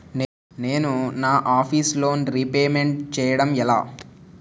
నేను నా office loan repayment చేయడం ఎలా?